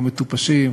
המטופשים,